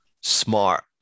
smart